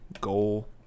goal